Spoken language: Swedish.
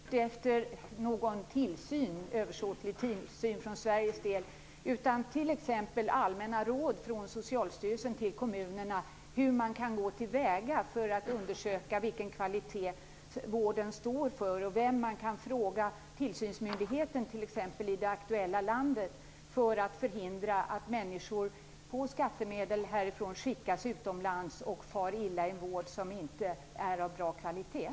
Fru talman! Jag var inte ute efter någon tillsyn från Sveriges sida, utan t.ex. allmänna råd från Socialstyrelsen till kommunerna om hur man kan gå till väga för att undersöka vilken kvalitet vården står för, och vem man kan fråga, t.ex. tillsynsmyndigheten, i det aktuella landet för att förhindra att människor på skattemedel skickas utomlands och far illa i en vård som inte är av bra kvalitet.